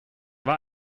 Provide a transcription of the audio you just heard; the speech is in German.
war